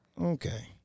Okay